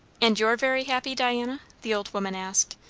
and you're very happy, diana? the old woman asked.